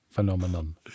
Phenomenon